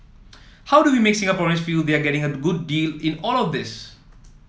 how do you make Singaporean feel they are getting a good deal in all of this